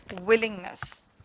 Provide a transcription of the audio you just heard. willingness